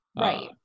Right